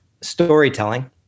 storytelling